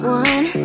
one